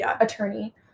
attorney